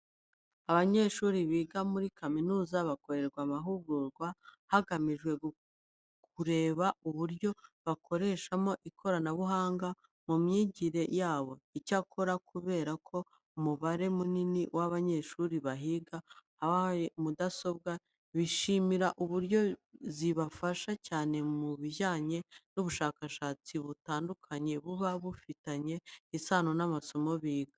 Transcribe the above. Abanyeshuri biga muri kaminuza bakorerwa amahugurwa hagamijwe kureba uburyo bakoreshamo ikoranabuhanga mu myigire yabo. Icyakora kubera ko umubare munini w'abanyeshuri bahiga bahawe mudasobwa, bishimira uburyo zibafasha cyane mu bijyanye n'ubushakashatsi butandukanye buba bufitanye isano n'amasomo biga.